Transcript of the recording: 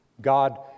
God